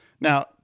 Now